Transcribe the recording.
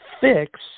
fix